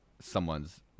someone's